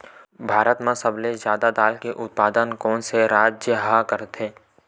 भारत मा सबले जादा दाल के उत्पादन कोन से राज्य हा करथे?